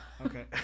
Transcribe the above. Okay